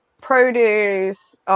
produce